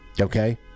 okay